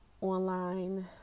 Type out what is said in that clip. online